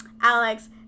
Alex